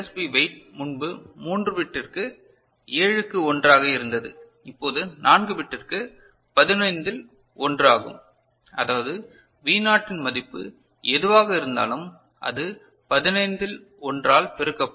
B weight முன்பு 3 பிட்டிற்கு 7 க்கு 1 ஆக இருந்தது இப்போது 4 பிட்டிற்கு 15 இல் 1 ஆகும் அதாவது V நாட்டின் மதிப்பு எதுவாக இருந்தாலும் அது 15 இல் 1 ஆல் பெருக்கப்படும்